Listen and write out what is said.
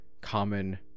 common